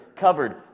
covered